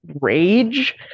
rage